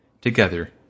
together